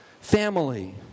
family